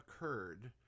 occurred